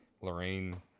lorraine